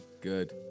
Good